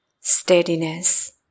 Steadiness